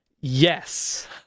Yes